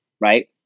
right